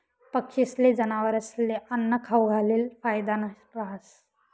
पक्षीस्ले, जनावरस्ले आन्नं खाऊ घालेल फायदानं रहास